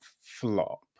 flop